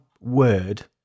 word